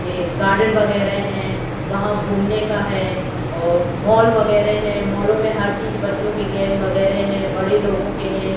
ये गार्डेन वग़ैरह हैं वहाँ घुमने का है और मॉल वग़ैरह हैं मॉलों में हर चीज़ बच्चों के गेम वग़ैरह हैं बड़े लोगों के हैं